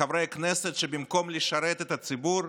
וחברי כנסת, במקום לשרת את הציבור,